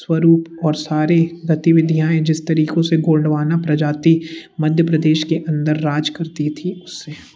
स्वरूप और सारे गतिविधियाऍं जिस तरीक़ों से गोंडवाना प्रजाति मध्य प्रदेश के अंदर राज करती थी उससे